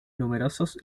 numerosos